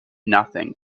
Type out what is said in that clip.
nothing